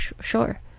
sure